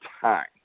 time